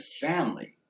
family